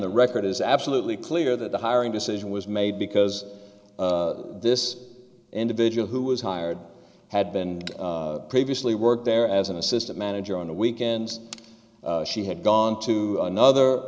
the record is absolutely clear that the hiring decision was made because this individual who was hired had been previously worked there as an assistant manager on a weekend she had gone to another